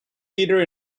leader